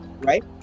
right